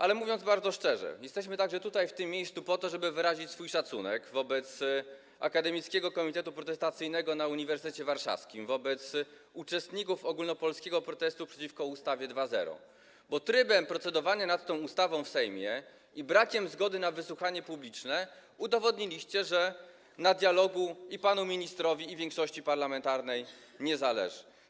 Ale, mówiąc bardzo szczerze, jesteśmy tutaj, w tym miejscu, także po to, żeby wyrazić swój szacunek wobec Akademickiego Komitetu Protestacyjnego na Uniwersytecie Warszawskim, wobec uczestników ogólnopolskiego protestu przeciwko ustawie 2.0, bo trybem procedowania nad tą ustawą w Sejmie i brakiem zgody na wysłuchanie publiczne udowodniliście, że na dialogu i panu ministrowi, i większości parlamentarnej nie zależy.